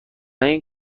این